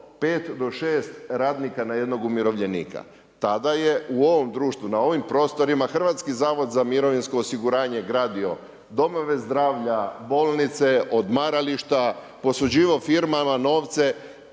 5 do 6 radnika na jednog umirovljenika. Tada je u ovom društvu, na ovim prostorima Hrvatski zavod za mirovinsko osiguranje gradio domove zdravlja, bolnice, odmarališta, posuđivao firmama novce.